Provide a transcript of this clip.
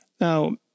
Now